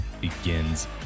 begins